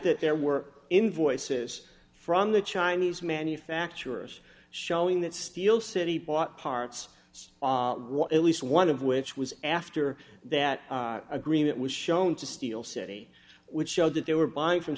that there were invoices from the chinese manufacturers showing that steel city bought parts at least one of which was after that agreement was shown to steel city which showed that they were buying from